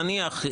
נניח,